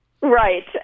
Right